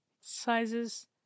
sizes